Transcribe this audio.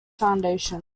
foundation